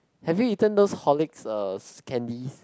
have you eaten those Horlicks uh candies